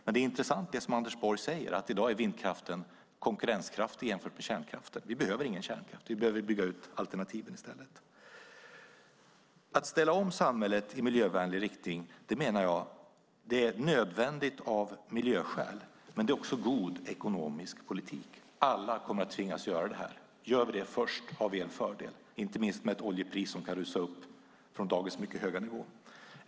Det som Anders Borg säger är intressant, nämligen att vindkraften i dag är konkurrenskraftig gentemot kärnkraften. Vi behöver ingen kärnkraft. Vi behöver bygga ut alternativen i stället. Att ställa om samhället i miljövänlig riktning menar jag är nödvändigt av miljöskäl, men det är också god ekonomisk politik. Alla kommer att tvingas göra det. Gör vi det först har vi en fördel, inte minst med tanke på oljepriset som kan rusa i höjden från dagens redan mycket höga nivå.